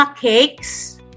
cakes